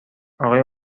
آقای